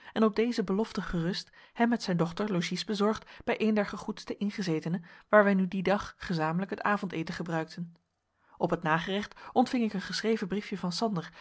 en op deze belofte gerust hem met zijn dochter logies bezorgd bij een der gegoedste ingezetenen waar wij nu dien dag gezamenlijk het avondeten gebruikten op het nagerecht ontving ik een geschreven briefje van sander